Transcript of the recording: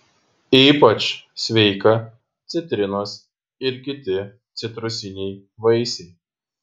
ypač sveika citrinos ir kiti citrusiniai vaisiai